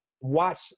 watch